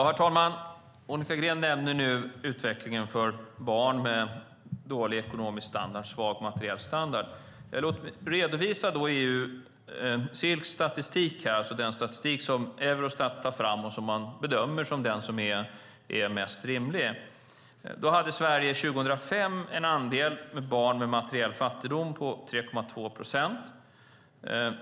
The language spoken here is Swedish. Herr talman! Monica Green nämner utvecklingen för barn med dålig ekonomisk standard och svag materiell standard. Låt mig då redovisa EU-Silcs statistik, det vill säga den statistik som Eurostat tar fram och som bedöms vara mest rimlig. Sverige hade 2005 en andel med barn som befann sig i materiell fattigdom på 3,2 procent.